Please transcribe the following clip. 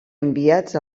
enviats